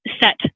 set